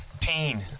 pain